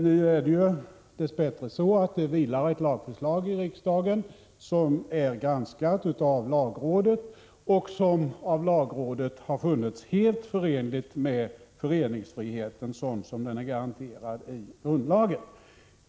Nu är det dess bättre så att det vilar ett lagförslag i riksdagen, vilket har granskats av lagrådet och därvid befunnits vara helt förenligt med föreningsfriheten sådan som den är garanterad i grundlagen.